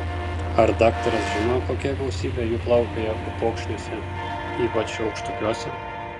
ar daktaras žino kokia gausybė jų plaukioja upokšniuose ypač aukštupiuose